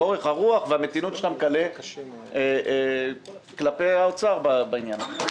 אורך הרוח והמתינות שאתה מגלה כלפי משרד האוצר בעניין הזה,